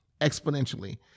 exponentially